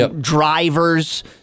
drivers